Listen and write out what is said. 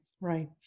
Right